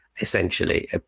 essentially